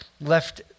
left